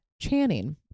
Channing